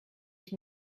ich